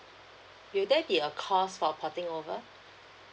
will there be a cost for porting over